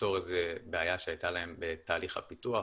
לפתור איזו בעיה שהייתה להן בתהליך הפיתוח,